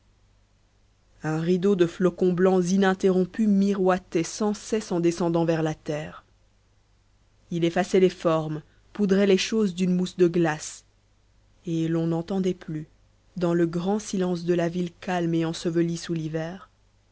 un rideau de flocons blancs ininterrompu miroitait sans cesse en descendant vers la terre il effaçait les formes poudrait les choses d'une mousse de glace et l'on n'entendait plus dans le grand silence de la ville calme et ensevelie sous l'hiver